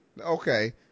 Okay